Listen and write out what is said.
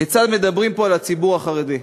כיצד מדברים פה על הציבור החרדי,